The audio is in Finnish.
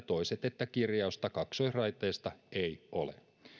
toiset että kirjausta kaksoisraiteesta ei ole